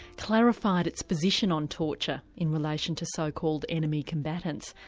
clarified its position on torture in relation to so-called enemy combatants.